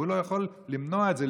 והוא לא יכול למנוע את זה,